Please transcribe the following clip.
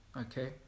Okay